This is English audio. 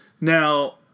Now